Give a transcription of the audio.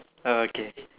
oh okay